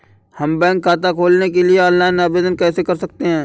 हम बैंक खाता खोलने के लिए ऑनलाइन आवेदन कैसे कर सकते हैं?